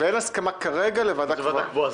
אין הסכמה כרגע לוועדה קבועה